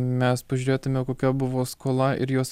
mes pažiūrėtume kokia buvo skola ir jos